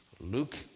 Luke